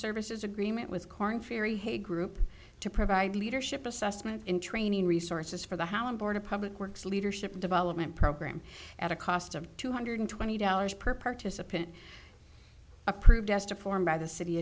services agreement with korn ferry hay group to provide leadership assessment in training resources for the hauen board of public works leadership development program at a cost of two hundred twenty dollars per participant approved as to form by the city